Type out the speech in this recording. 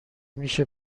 میشه